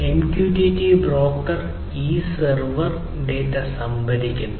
MQTT broker ഒരു server ഈ data സംഭരിക്കുന്നു